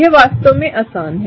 यह वास्तव में आसान है